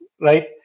right